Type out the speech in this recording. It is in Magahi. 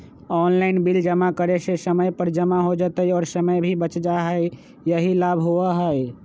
ऑनलाइन बिल जमा करे से समय पर जमा हो जतई और समय भी बच जाहई यही लाभ होहई?